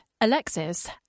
Alexis